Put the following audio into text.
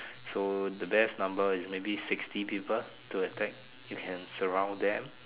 so the best number is maybe sixty people to attack you can surround them